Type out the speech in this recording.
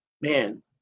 man